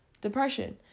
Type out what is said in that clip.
depression